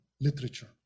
literature